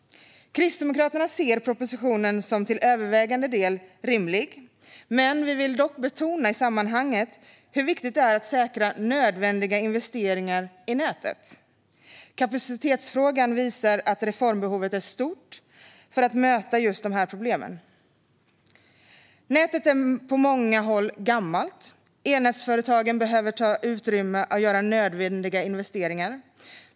Kristdemokraterna ser propositionen till övervägande del som rimlig. Vi vill dock betona i sammanhanget hur viktigt det är att säkra nödvändiga investeringar i nätet. Kapacitetsfrågan visar att reformbehovet är stort för att möta just de här problemen. Nätet är på många håll gammalt. Elnätsföretagen behöver ha utrymme för att göra nödvändiga investeringar.